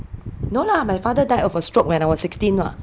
no lah my father died of a stroke when I was sixteen ah